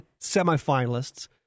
semifinalists